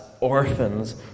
orphans